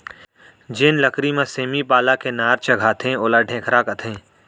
जेन लकरी म सेमी पाला के नार चघाथें ओला ढेखरा कथें